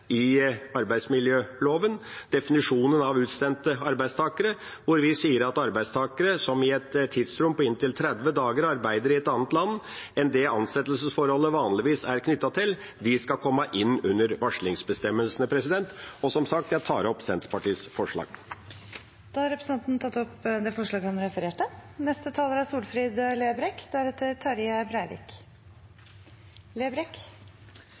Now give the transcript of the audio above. i arbeidsmiljøloven, definisjonen av utsendte arbeidstakere, hvor vi sier at arbeidstakere «som i et tidsrom på inntil 30 dager arbeider i et annet land enn det ansettelsesforholdet vanligvis er knyttet til», skal komme inn under varslingsbestemmelsene. Jeg tar opp forslaget fra Senterpartiet og SV. Representanten Per Olaf Lundteigen har tatt opp det forslaget han refererte